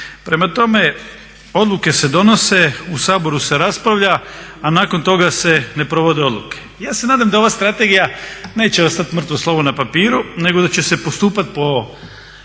Prema tome, odluke se donose, u Saboru se raspravlja, a nakon toga se ne provode odluke. Ja se nadam da ova strategija neće ostat mrtvo slovo na papiru nego da će se postupat po